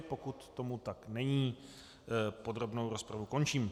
Pokud tomu tak není, podrobnou rozpravu končím.